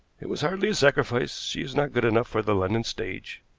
it was hardly a sacrifice. she is not good enough for the london stage.